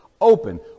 Open